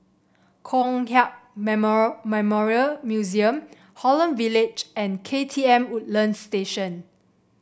Kong Hiap Memorial Museum Holland Village and K T M Woodlands Station